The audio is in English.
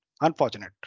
Unfortunate